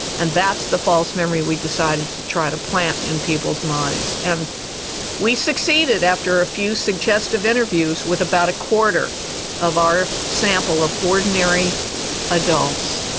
and that's the false memory we decided to try to plant in people's minds. and we succeeded after a few suggestive interviews with about a quarter of our sample of ordinary adults.